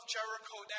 Jericho